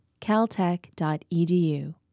caltech.edu